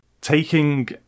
Taking